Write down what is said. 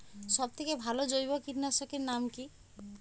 সব থেকে ভালো জৈব কীটনাশক এর নাম কি?